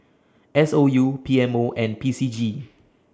S O U P M O and P C G